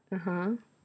ha